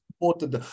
important